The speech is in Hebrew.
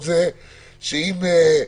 זה מה שאני שואל.